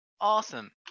Awesome